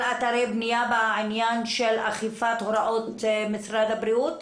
אתרי בנייה בעניין של אכיפת הוראות משרד הבריאות?